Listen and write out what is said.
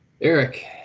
Eric